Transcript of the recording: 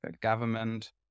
government